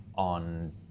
on